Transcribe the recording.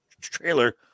trailer